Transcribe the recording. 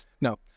No